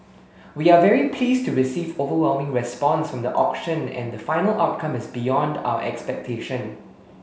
we are very pleased to receive overwhelming response from the auction and the final outcome is beyond our expectation